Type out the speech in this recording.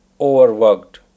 overworked